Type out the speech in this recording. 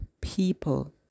people